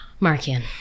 Markian